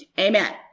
Amen